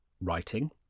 writing